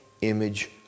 image